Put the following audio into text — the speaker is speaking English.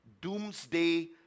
doomsday